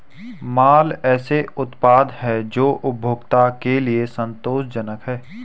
माल ऐसे उत्पाद हैं जो उपभोक्ता के लिए संतोषजनक हैं